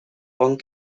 lung